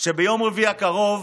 שביום רביעי הקרוב